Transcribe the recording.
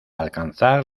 alcanzar